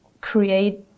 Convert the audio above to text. create